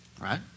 Right